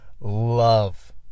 love